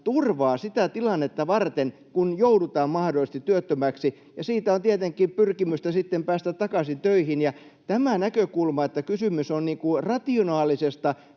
turvaa sitä tilannetta varten, että joudutaan mahdollisesti työttömäksi, ja siitä on tietenkin pyrkimystä sitten päästä takaisin töihin. Tämä näkökulma, että kysymys on rationaalisesta